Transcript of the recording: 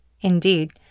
Indeed